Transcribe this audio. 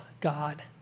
God